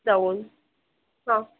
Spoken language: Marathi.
जाऊन हा